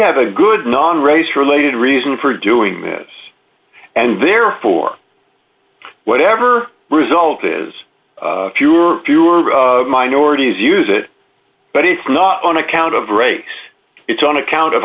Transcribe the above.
have a good non race related reason for doing this and therefore whatever result is fewer fewer minorities use it but it's not on account of race it's on account of